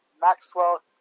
Maxwell